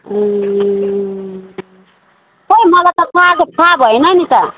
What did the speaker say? खोइ मलाई त कागज थाहा भएन नि त